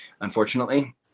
unfortunately